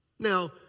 Now